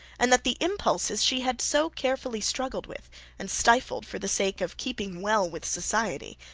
and that the impulses she had so carefully struggled with and stifled for the sake of keeping well with society,